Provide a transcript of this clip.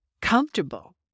comfortable